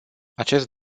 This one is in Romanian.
acest